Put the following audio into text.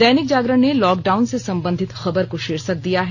दैनिक जागरण ने लॉकडाउन से संबंधित खबर को शीर्षक दिया है